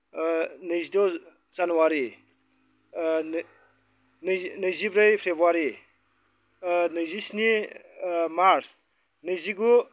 नैजि द' जानुवारि नैजिब्रै फ्रेबुवारि नैजिस्नि मार्च नैजिगु